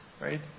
right